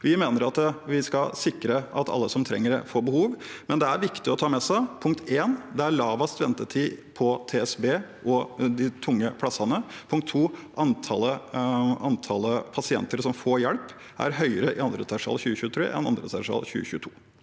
Vi mener at vi skal sikre at alle som trenger det, får behandling, men det er viktig å ta med seg 1) at det er lavest ventetid på TSB og de tunge plassene, og 2) at antallet pasienter som får hjelp, er høyere i andre tertial 2023 enn i andre tertial 2022.